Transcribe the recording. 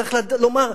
צריך לומר,